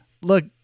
look